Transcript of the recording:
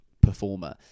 performer